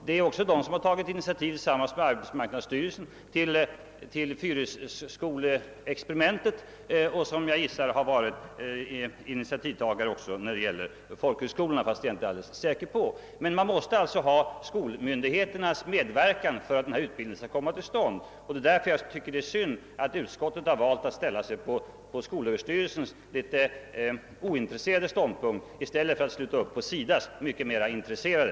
Det är också Sö som tagit initiativ tillsammans med arbetsmarknadsstyrelsen till experimentet på Fyrisskolan, och jag gissar att SÖ varit initiativtagare också när det gäller folkhögskolorna. Man måste alltså ha skolmyndigheternas medverkan för att denna utbildning skall komma till stånd. Därför tycker jag att det är synd att utskottet valt att inta skolöverstyrelsens litet ointresserade ståndpunkt i stället för SIDA :s mera intresserade.